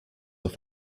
auf